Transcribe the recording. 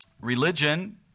Religion